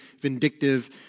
vindictive